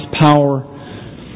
power